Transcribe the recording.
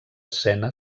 sena